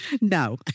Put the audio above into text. No